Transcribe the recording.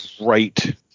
right